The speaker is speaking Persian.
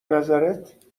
نظرت